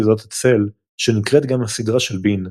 "סדרת הצל" שנקראת גם הסדרה של בין,